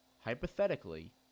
hypothetically